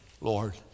Lord